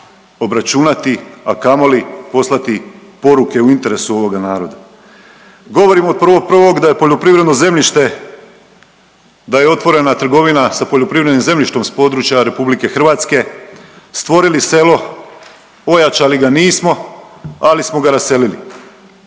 obračunati, a kamoli poslati poruke u interesu ovoga naroda. Govorim od 1.1. da je poljoprivredno zemljište, da je otvorena trgovina s poljoprivrednim zemljištem s područja RH, stvorili selo, ojačali ga nismo, ali smo ga raselili